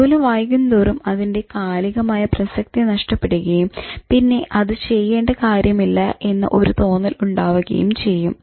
ജോലി വൈകുന്തോറും അതിന്റെ കാലികമായ പ്രസക്തി നഷ്ടപ്പെടുകയും പിന്നെ അത് ചെയ്യേണ്ട കാര്യം ഇല്ല എന്ന ഒരു തോന്നൽ ഉണ്ടാവുകയും ചെയ്യും